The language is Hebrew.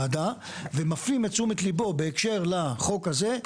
ומפנים את תשומת לבו בהקשר לחוק הזה,